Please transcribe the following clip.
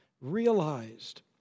realized